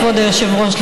כבוד היושב-ראש,